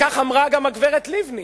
וכך אמרה גם הגברת לבני